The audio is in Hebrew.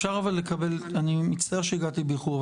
אני מצטער שהגעתי באיחור,